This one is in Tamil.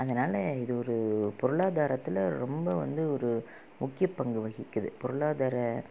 அதனால் இது ஒரு பொருளாதாரத்தில் ரொம்ப வந்து ஒரு முக்கியப் பங்கு வகிக்கிறது பொருளாதார